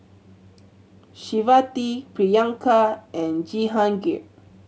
Shivaji Priyanka and Jehangirr